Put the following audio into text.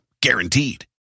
guaranteed